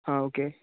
हां ओके